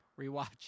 rewatch